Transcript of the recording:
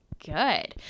good